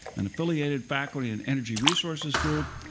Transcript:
an affiliated faculty in energy resources group,